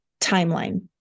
timeline